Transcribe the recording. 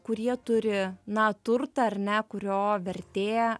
kurie turi na turtą ar ne kurio vertė